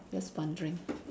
just wondering